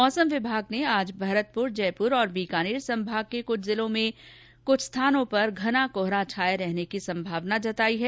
मौसम विभाग ने आज जयपुर भरतपुर और बीकानेर संभाग के जिलों में कुछ स्थानों पर घना कोहरा छाये रहने की संभावना जताई है